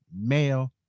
male